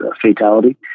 fatality